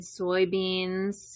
soybeans